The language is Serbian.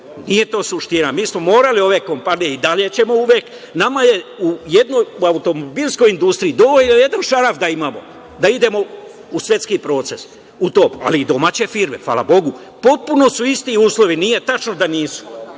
Nije to suština. Mi smo morali ove kompanije i dalje ćemo…Nama je u automobilskoj industriji dovoljno jedan šraf da imamo, da idemo u svetski proces, u to, ali i domaće firme, hvala Bogu, potpuno su isti uslovi, nije tačno da nisu.